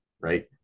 Right